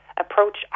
approach